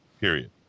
period